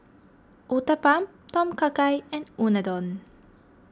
Uthapam Tom Kha Gai and Unadon